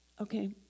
Okay